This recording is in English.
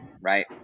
right